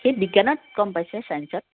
সি বিজ্ঞানত কম পাইছে চায়েঞ্চত